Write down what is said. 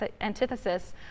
antithesis